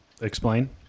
Explain